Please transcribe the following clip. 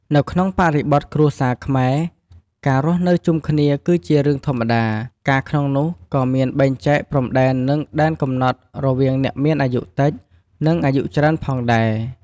នៅក្នុងបរិបទគ្រួសារខ្មែរ ការរស់នៅជុំគ្នាគឺជារឿងធម្មតា ការក្នុងនោះក៏មានបែងចែកព្រំដែននឹងដែនកំណត់រវាងអ្នកមានអាយុតិច និង អាយុច្រើនផងដែរ។